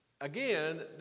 again